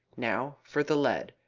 now for the lead!